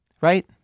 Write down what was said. right